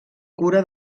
cura